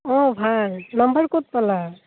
অঁ ভাল নাম্বাৰ ক'ত পালা